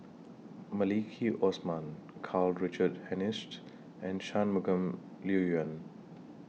Maliki Osman Karl Richard Hanitsch and Shangguan Liuyun